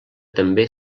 també